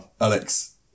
Alex